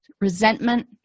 resentment